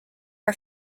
are